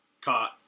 Caught